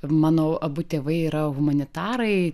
mano abu tėvai yra humanitarai